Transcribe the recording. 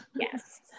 Yes